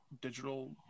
digital